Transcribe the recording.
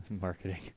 marketing